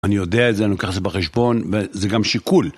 אני יודע את זה, אני לוקח את זה בחשבון, וזה גם שיקול.